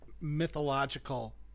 mythological